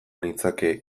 nitzake